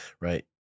Right